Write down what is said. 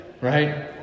right